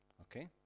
Okay